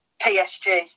PSG